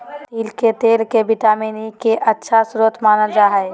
तिल के तेल के विटामिन ई के अच्छा स्रोत मानल जा हइ